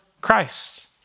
Christ